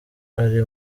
ari